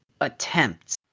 attempts